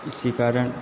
इसी कारण